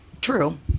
True